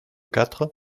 quatre